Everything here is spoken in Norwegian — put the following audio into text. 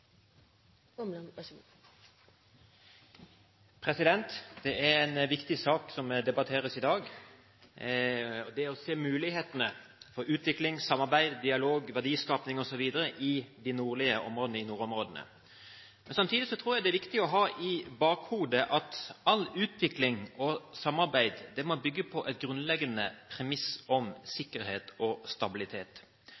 en viktig sak som debatteres i dag; om det å se mulighetene for utvikling, samarbeid, dialog, verdiskaping osv. i nordområdene. Samtidig er det viktig å ha i bakhodet at all utvikling og samarbeid må bygge på et grunnleggende premiss om